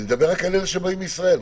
אני מדבר רק על אלה שבאים מישראל.